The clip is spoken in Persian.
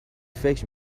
فکر